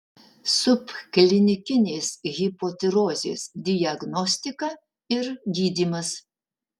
subklinikinės hipotirozės diagnostika ir gydymas